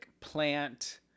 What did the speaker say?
plant